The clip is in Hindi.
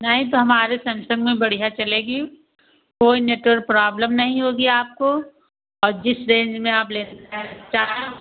नहीं तो हमारे सैमसम में बढ़िया चलेगी कोई नेटवर्क प्रॉब्लम नहीं होगी आपको और जिस रेंज में आप लेना चाहो